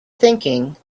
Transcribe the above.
thinking